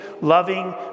loving